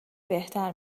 بهتر